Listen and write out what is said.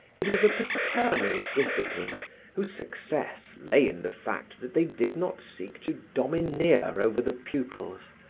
it was a paternal discipline whose success lay in the fact that they did not seek to domineer over the pupils,